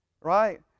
right